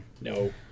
No